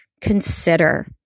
consider